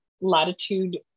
Latitude